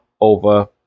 over